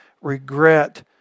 regret